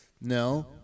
No